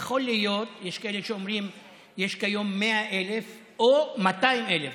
יש כאלה שאומרים שיש כיום 100,000 או 200,000,